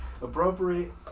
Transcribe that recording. Appropriate